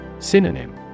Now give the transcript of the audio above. Synonym